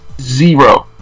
zero